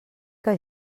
que